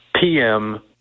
PM